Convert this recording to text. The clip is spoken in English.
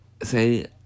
say